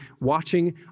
watching